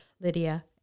Lydia